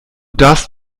darfst